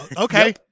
okay